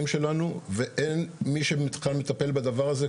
שלנו ואין מי שבכלל מטפל בדבר הזה.